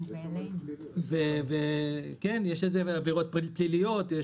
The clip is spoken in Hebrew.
יש גם עבירות פליליות,